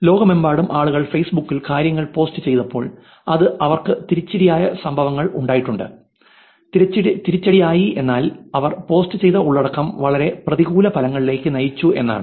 ലോകമെമ്പാടും ആളുകൾ ഫേസ്ബുക്കിൽ കാര്യങ്ങൾ പോസ്റ്റ് ചെയ്തപ്പോൾ അത് അവർക്ക് തിരിച്ചടിയായ സംഭവങ്ങൾ ഉണ്ടായിട്ടുണ്ട് തിരിച്ചടിയായ എന്നാൽ അവർ പോസ്റ്റുചെയ്ത ഉള്ളടക്കം വളരെ പ്രതികൂല ഫലങ്ങളിലേക്ക് നയിച്ചു എന്നാണ്